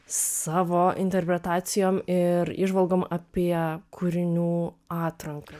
savo interpretacijom ir įžvalgom apie kūrinių atranką